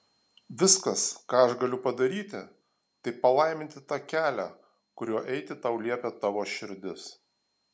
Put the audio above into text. viskas ką aš galiu padaryti tai palaiminti tą kelią kuriuo eiti tau liepia tavo širdis